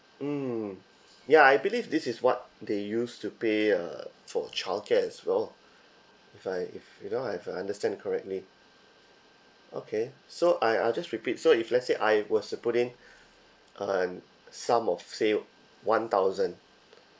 mm ya I believe this is what they used to pay uh for childcare as well if I if you know I if I understand correctly okay so I I'll just repeat so if let's say I was to put in uh sum of say one thousand